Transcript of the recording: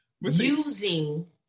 using